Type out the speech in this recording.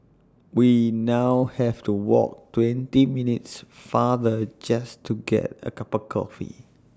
we now have to walk twenty minutes farther just to get A cup of coffee